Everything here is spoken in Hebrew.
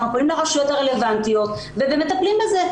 אנחנו פונים לרשויות הרלוונטיות ומטפלים בזה.